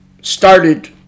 started